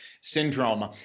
syndrome